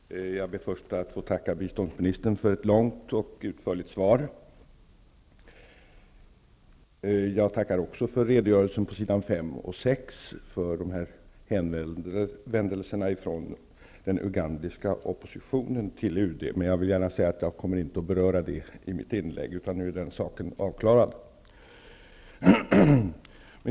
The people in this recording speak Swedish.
Fru talman! Jag ber först att få tacka biståndsministern för ett långt och utförligt svar. Jag tackar också för redogörelsen i interpellationssvaret om hänvändelserna från den ugandiska oppositionen till UD. Jag kommer dock inte att beröra det i mitt inlägg, utan nu är den saken avklarad.